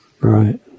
Right